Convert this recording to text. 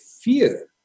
fear